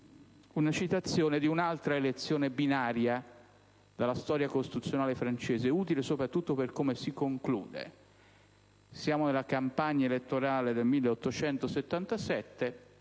richiamare un'altra elezione binaria della storia costituzionale francese, utile, soprattutto, per come si conclude. Siamo nella campagna elettorale del 1877